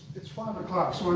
it's five o'clock,